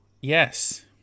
yes